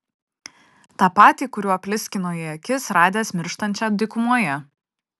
tą patį kuriuo pliskino į akis radęs mirštančią dykumoje